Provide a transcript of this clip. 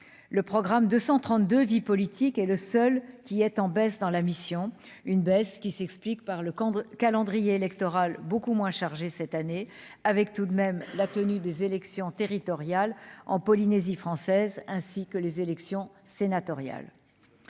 le programme de 132 vie politique est le seul qui est en baisse dans la mission, une baisse qui s'explique par le camp de calendrier électoral beaucoup moins chargée, cette année, avec tout de même la tenue des élections territoriales en Polynésie française, ainsi que les élections sénatoriales,